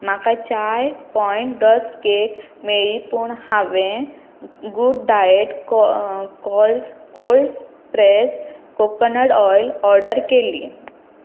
म्हाका Chai Point rusk cake मेळ्ळी पूण हांवें good diet cold pressed coconut oil order केल्ली